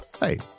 Hey